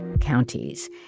counties